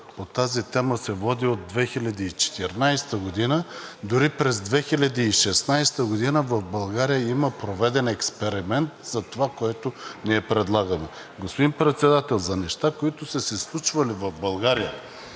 по тази тема се води от 2014 г., дори през 2016 г. в България има проведен експеримент за това, което ние предлагаме. Господин Председател, за неща, които са се случвали в България